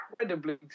incredibly